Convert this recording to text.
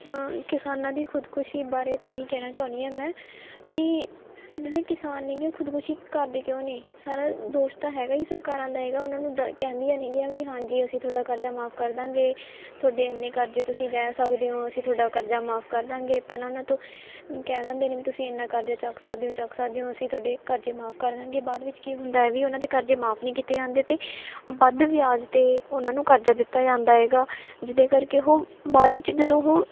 ਕਿਸਾਨਾਂ ਦੀ ਖੁਦਕੁਸ਼ੀ ਬਾਰੇ ਤਾਂ ਇਹੀ ਕਹਿਣਾ ਚਾਹੁੰਦੀ ਹਾਂ ਮੈਂ ਵੀ ਜਿਹੜੇ ਕਿਸਾਨ ਨੇ ਗੇ ਉਹ ਖੁਦਕੁਸ਼ੀ ਕਰਦੇ ਕਿਉਂ ਨੇ ਸਾਰਾ ਦੋਸ਼ ਤਾਂ ਹੈਗਾ ਹੀ ਸਰਕਾਰਾਂ ਦਾ ਹੈਗਾ ਉਹਨਾਂ ਨੂੰ ਦ ਕਹਿੰਦੀਆਂ ਨੇ ਗੀਆਂ ਵੀ ਹਾਂਜੀ ਅਸੀਂ ਤੁਹਾਡਾ ਕਰਜ਼ਾ ਮਾਫ ਕਰ ਦੇਵਾਂਗੇ ਤੁਹਾਡੇ ਐਨੇ ਕਰਜ਼ੇ ਤੁਸੀਂ ਲੈ ਸਕਦੇ ਹੋ ਅਸੀਂ ਤੁਹਾਡਾ ਕਰਜ਼ਾ ਮਾਫ ਕਰ ਦੇਵਾਂਗੇ ਪਹਿਲਾਂ ਉਹਨਾਂ ਤੋਂ ਕਹਿ ਦਿੰਦੇ ਨੇ ਵੀ ਤੁਸੀਂ ਐਨਾ ਕਰਜ਼ਾ ਚੱਕ ਸਕਦੇ ਹੋ ਚੱਕ ਸਕਦੇ ਹੋ ਅਸੀਂ ਤੁਹਾਡੇ ਕਰਜ਼ੇ ਮਾਫ ਕਰ ਦੇਵਾਂਗੇ ਬਾਅਦ ਵਿੱਚ ਕੀ ਹੁੰਦਾ ਵੀ ਉਹਨਾਂ ਦੇ ਕਰਜ਼ੇ ਮਾਫ ਨਹੀਂ ਕੀਤੇ ਜਾਂਦੇ ਅਤੇ ਵੱਧ ਵਿਆਜ 'ਤੇ ਉਹਨਾਂ ਨੂੰ ਕਰਜ਼ਾ ਦਿੱਤਾ ਜਾਂਦਾ ਹੈਗਾ ਜਿਹਦੇ ਕਰਕੇ ਉਹ ਬਾਅਦ ਵਿੱਚ ਜਦੋਂ ਉਹ